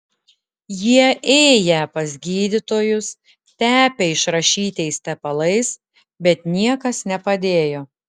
jie ėję pas gydytojus tepę išrašytais tepalais bet niekas nepadėjo